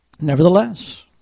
Nevertheless